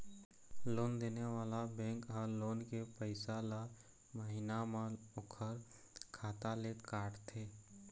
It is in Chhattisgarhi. लोन देने वाला बेंक ह लोन के पइसा ल महिना म ओखर खाता ले काटथे